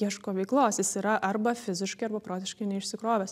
ieško veiklos jis yra arba fiziškai arba protiškai neišsikrovęs